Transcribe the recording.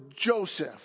Joseph